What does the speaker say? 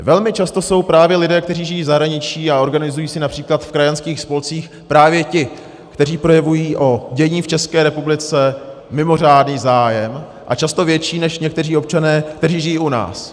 Velmi často jsou právě lidé, kteří žijí v zahraničí a organizují se například v krajanských spolcích, právě ti, kteří projevují o dění v České republice mimořádný zájem, a často větší než někteří občané, kteří žijí u nás.